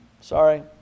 Sorry